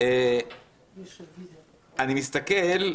למשל,